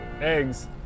eggs